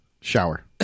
Shower